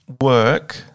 work